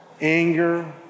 anger